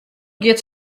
giet